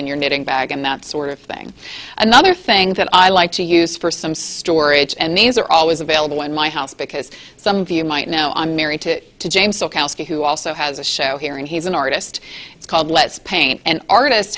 in your knitting bag and that sort of thing another thing that i like to use for some storage and these are always available in my house because some of you might know i'm married to james who also has a show here and he's an artist it's called let's paint and artists